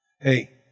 Hey